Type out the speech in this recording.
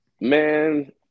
Man